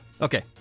okay